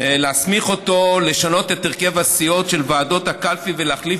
לשנות את הרכב הסיעות של ועדות הקלפי ולהחליף